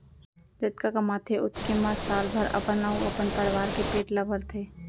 जतका कमाथे ओतके म साल भर अपन अउ अपन परवार के पेट ल भरथे